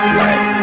light